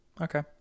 Okay